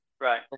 right